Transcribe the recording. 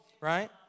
Right